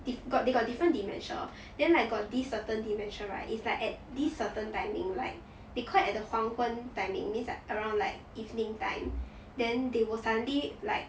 they got they got different dementia then like got this certain dementia right is like at these certain timing like they quite at the 黄昏 timing means around like evening time then they will suddenly like